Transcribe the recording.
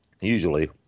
usually –